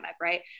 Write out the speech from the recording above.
Right